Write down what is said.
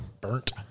Burnt